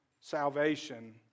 salvation